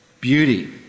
beauty